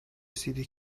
رسیده